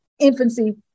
infancy